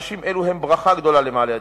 אנשים אלו הם ברכה גדולה למעלה-אדומים.